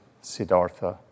Siddhartha